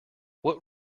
what